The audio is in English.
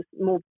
more